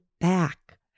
back